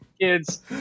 kids